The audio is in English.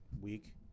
week